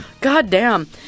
Goddamn